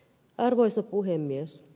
arvoisa puhemies